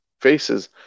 faces